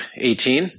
18